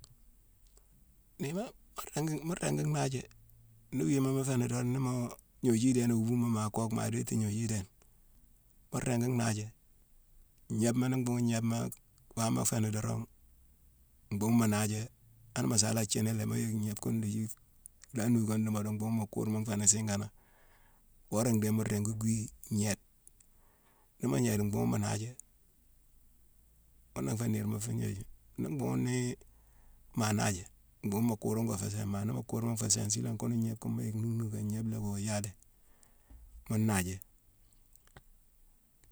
Han niirma mu ringi-mu ringi nhanjé. Nii wiima mu féni dorong, ni mo gnoju idééne i wo buumo, ma kooke, ma déti ignoju idééne, mu ringi nhanjé. Gnébma ni mbhuughune gnébma woma féni dorong, mbhuughune mu naajé, ane mu sa la jiini lé, mu yick gnébe gune ndhéji lhaa nuukani di modo, mbhuughune mu kurma nféni siiganangh. Woré ndéé mu ringi gwii, gnééde. Ni mu gnééde, mbhuughune mu naajé. Ghuna nfé niirma fuu gnoju. Nii mbhunghune nii ma naajé, mbhuughune mu kurma ngo fé sééne. Ma ni mu kurma nfé sééne, silangh ghunu ngnéb kune mu yick ni nnhuuké, gnéb la ki oo yala, mu naajé.